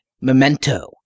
memento